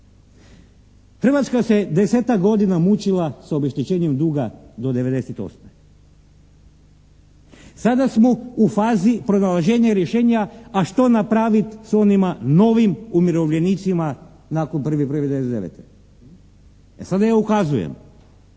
Hrvatska se desetak godina mučila sa obeštećenjem duga do 98. sada smo u fazi pronalaženja rješenja a što napraviti sa onima novim umirovljenicima nakon 1.1.99. E sada ja ukazujem